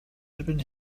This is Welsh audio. erbyn